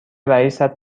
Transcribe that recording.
رئیست